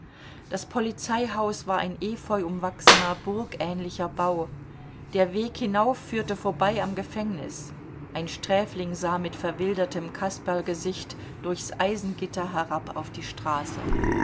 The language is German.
das polizeihaus war ein efeuumwachsener burgähnlicher bau der weg hinauf führte vorbei am gefängnis ein sträfling sah mit verwildertem kasperlgesicht durchs eisengitter herab auf die straße